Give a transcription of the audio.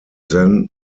then